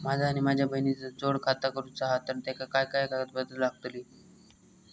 माझा आणि माझ्या बहिणीचा जोड खाता करूचा हा तर तेका काय काय कागदपत्र लागतली?